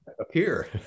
appear